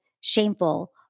shameful